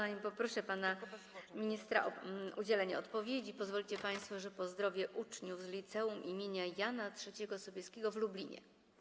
Zanim poproszę pana ministra o udzielenie odpowiedzi, pozwolicie państwo, że pozdrowię uczniów z liceum im. Jana III Sobieskiego w Lublinie.